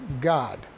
God